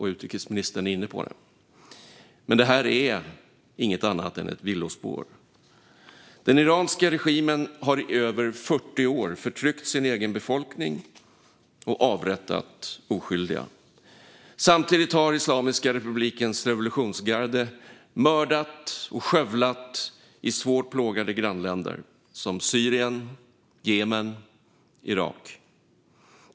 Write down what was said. Utrikesministern är inne på detta. Men det är inget annat än ett villospår. Den iranska regimen har i över 40 år förtryckt sin egen befolkning och avrättat oskyldiga. Samtidigt har Islamiska republikens revolutionsgarde mördat och skövlat i svårt plågade grannländer som Syrien, Jemen och Irak.